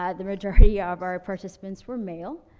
ah the majority ah of our participants were male.